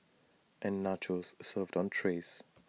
and nachos served on trays